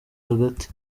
hagati